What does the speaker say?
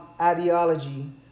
ideology